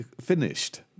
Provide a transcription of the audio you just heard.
finished